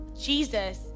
Jesus